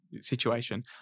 situation